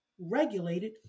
Regulated